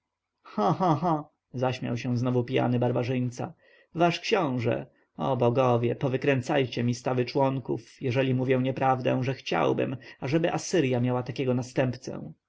cha cha cha zaśmiał się znowu pijany barbarzyńca wasz książę o bogowie powykręcajcie mi stawy członków jeżeli mówię nieprawdę że chciałbym ażeby asyrja miała takiego następcę